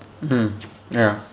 mm ya